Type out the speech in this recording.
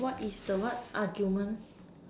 what is the what argument